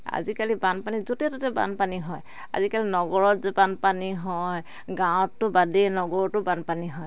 আজিকালি বানপানী য'তে ত'তে বানপানী হয় আজিকালি নগৰত যে বানপানী হয় গাঁৱততো বাদেই নগৰতো বানপানী হয়